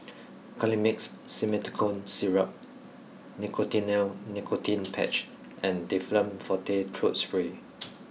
Colimix Simethicone syrup Nicotinell Nicotine patch and Difflam Forte throat spray